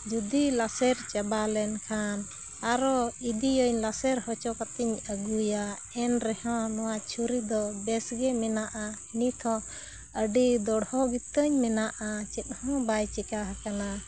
ᱡᱩᱫᱤ ᱞᱟᱥᱮᱨ ᱪᱟᱵᱟ ᱞᱮᱱᱠᱷᱟᱱ ᱟᱨᱚ ᱤᱫᱤᱭᱟᱹᱧ ᱞᱟᱥᱮᱨ ᱦᱚᱪᱚ ᱠᱟᱛᱮᱧ ᱟᱹᱜᱩᱭᱟ ᱮᱱᱨᱮᱦᱚᱸ ᱱᱚᱣᱟ ᱪᱷᱩᱨᱤ ᱫᱚ ᱵᱮᱥᱜᱮ ᱢᱮᱱᱟᱜᱼᱟ ᱱᱤᱛᱦᱚᱸ ᱟᱹᱰᱤ ᱫᱚᱲᱦᱚᱜᱮ ᱛᱟᱹᱧ ᱢᱮᱱᱟᱜᱼᱟ ᱪᱮᱫ ᱦᱚᱸ ᱵᱟᱭ ᱪᱤᱠᱟᱹ ᱦᱟᱠᱟᱱᱟ